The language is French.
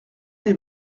des